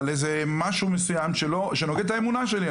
או על משהו מסוים שנוגד את האמונה שלי,